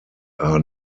are